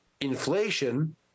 inflation